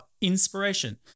inspiration